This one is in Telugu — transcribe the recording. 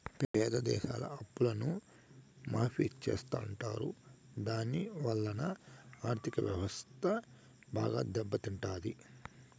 పేద దేశాల అప్పులను మాఫీ చెత్తుంటారు దాని వలన ఆర్ధిక వ్యవస్థ బాగా దెబ్బ తింటాది